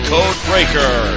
Codebreaker